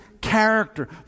character